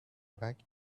back